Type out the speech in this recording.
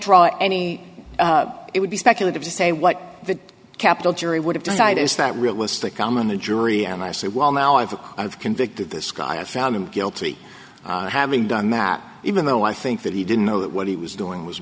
draw any it would be speculative to say what the capital jury would have decided is that realistic on the jury and i say well now i've i've convicted this guy i found him guilty of having done that even though i think that he didn't know that what he was doing was